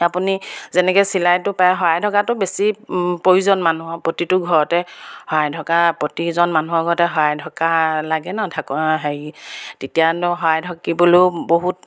আপুনি যেনেকৈ চিলাইটো পায় শৰাই ঢকাটো বেছি প্ৰয়োজন মানুহৰ প্ৰতিটো ঘৰতে শৰাই থকা প্ৰতিজন মানুহৰ ঘৰতে শৰাই ঢকা লাগে ন হেৰি তেতিয়ানো শৰাই ঢাকিবলৈও বহুত